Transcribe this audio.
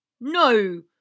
No